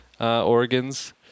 organs